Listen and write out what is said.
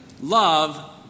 love